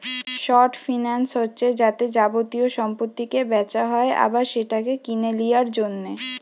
short finance হচ্ছে যাতে যাবতীয় সম্পত্তিকে বেচা হয় আবার সেটাকে কিনে লিয়ার জন্যে